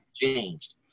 changed